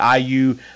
IU